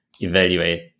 evaluate